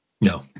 No